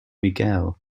miguel